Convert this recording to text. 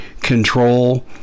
control